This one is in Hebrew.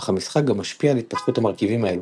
אך המשחק גם משפיע על התפתחות המרכיבים האלו.